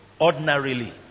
ordinarily